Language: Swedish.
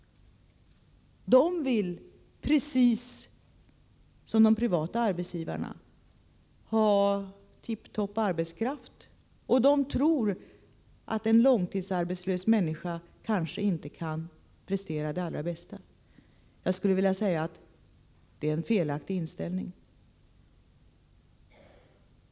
De vill, precis som de privata arbetsgivarna, ha tiptop arbetskraft. De tror att en långtidsarbetslös människa kanske inte kan prestera det allra bästa. Men det är en felaktig inställning.